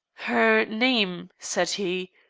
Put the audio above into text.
her name, said he,